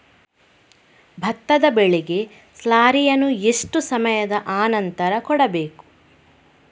ಭತ್ತದ ಬೆಳೆಗೆ ಸ್ಲಾರಿಯನು ಎಷ್ಟು ಸಮಯದ ಆನಂತರ ಕೊಡಬೇಕು?